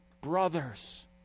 brothers